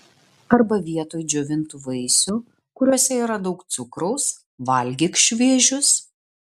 arba vietoj džiovintų vaisių kuriuose yra daug cukraus valgyk šviežius